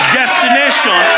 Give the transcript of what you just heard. destination